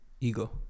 Ego